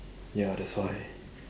ya that's why